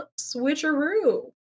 switcheroo